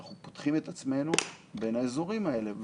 ואנחנו פותחים את עצמנו בין האזורים האלה.